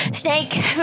Snake